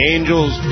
Angels